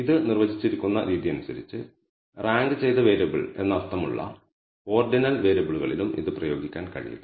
ഇത് നിർവചിച്ചിരിക്കുന്ന രീതിയനുസരിച്ച് റാങ്ക് ചെയ്ത വേരിയബിൾ എന്നർത്ഥമുള്ള ഓർഡിനൽ വേരിയബിളുകളിലും ഇത് പ്രയോഗിക്കാൻ കഴിയില്ല